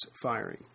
firing